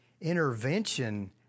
intervention